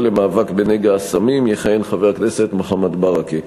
למאבק בנגע הסמים יכהן חבר הכנסת מוחמד ברכה.